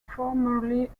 formerly